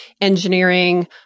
engineering